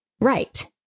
Right